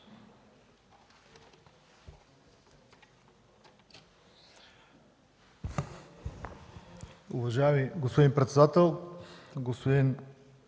Уважаеми господин председател, господин